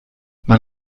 man